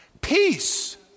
peace